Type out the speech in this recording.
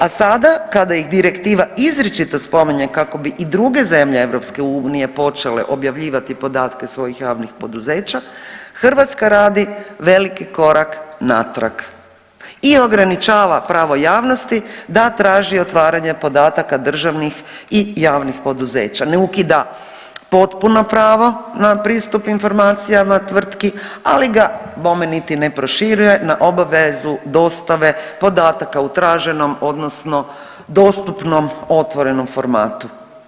A sada kada ih direktiva izričito spominje kako bi i druge zemlje EU počele objavljivati podatke svojih javnih poduzeća, Hrvatska radi veliki korak natrag i ograničava pravo javnosti da traži otvaranje podataka državnih i javnih poduzeća, ne ukida potpuno pravo na pristup informacijama tvrtki, ali ga bome niti ne proširuje na obavezu dostave podataka u traženom odnosno dostupnom otvorenom formatu.